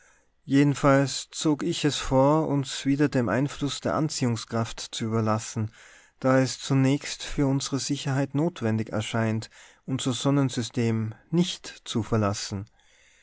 jedenfalls zog ich es vor uns wieder dem einfluß der anziehungskraft zu überlassen da es zunächst für unsre sicherheit notwendig erscheint unser sonnensystem nicht zu verlassen